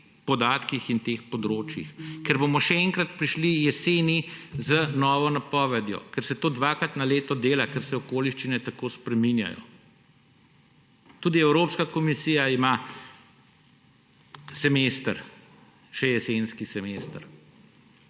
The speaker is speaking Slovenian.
podatkih in teh področjih? Ker bomo še enkrat prišli jeseni z novo napovedjo, ker se to dvakrat na leto dela, ker se okoliščine tako spreminjajo. Tudi Evropska komisija ima še jesenski semester.